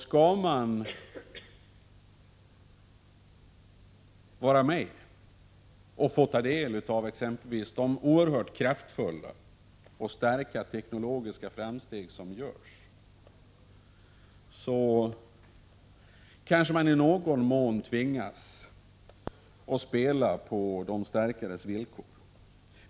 Skall man vara med och få ta del av exempelvis de oerhört kraftfulla och stora teknologiska framsteg som görs, kanske man i någon mån tvingas spela på de starkares villkor.